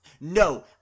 no